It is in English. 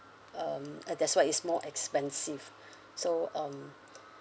um and that's why it's more expensive so um